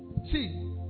See